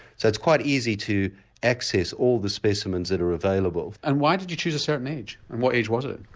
so it's quite easy to access all the specimens that are available. and why did you choose a certain age and what age was it?